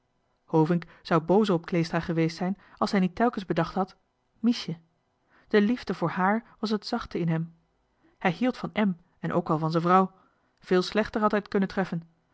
hovink zou boozer op kleestra geweest zijn als johan de meester de zonde in het deftige dorp hij niet telkens bedacht had miesje de liefde voor haar was het zachte in hem hij hield van em en ook wel van z'en vrouw veel slechter had hij het kunnen treffen